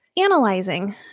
analyzing